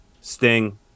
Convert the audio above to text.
Sting